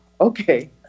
okay